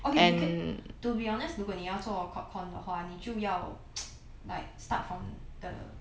okay 你可 to be honest 如果你要做 corp comm 的话你就要 like start from the